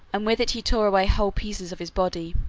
and with it he tore away whole pieces of his body.